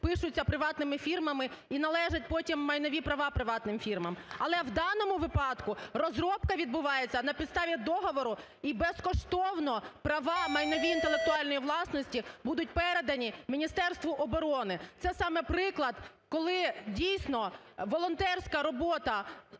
пишуться приватними фірмами, і належать потім майнові права приватним фірмам. Але в даному випадку розробка відбувається на підставі договору, і безкоштовно права майнові інтелектуальної власності будуть передані Міністерству оборони. Це саме приклад, коли, дійсно, волонтерська робота